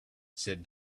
said